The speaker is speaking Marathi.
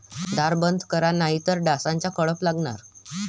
दार बंद करा नाहीतर डासांचा कळप लागणार